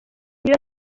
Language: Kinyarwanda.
iyo